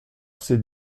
ses